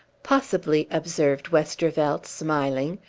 possibly, observed westervelt, smiling,